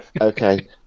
okay